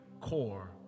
core